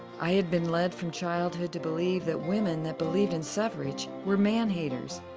i had been led from childhood to believe that women that believed in suffrage were man haters,